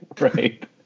Right